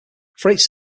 freight